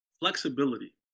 Flexibility